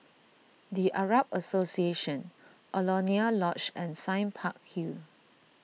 the Arab Association Alaunia Lodge and Sime Park Hill